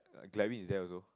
like Glarry is there also